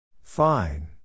Fine